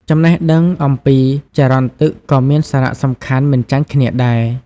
ចំណេះដឹងអំពីចរន្តទឹកក៏មានសារៈសំខាន់មិនចាញ់គ្នាដែរ។